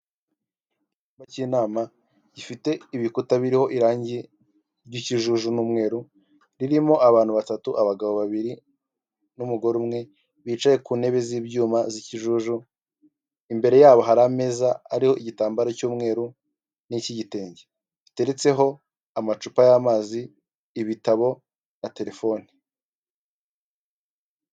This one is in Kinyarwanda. Icyumba cy'inama gifite ibikuta biririko irangi ry'ikijuju n'umweru, ririmo abantu batatu abagabo babiri n'umugore umwe, bicaye ku ntebe z'ibyuma z'ikijuju imbere yabo hari ameza ariho igitambaro cy'umweru n'icy'igitenge, giteretseho amacupa y'amazi ibitabo na telefoni.